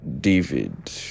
david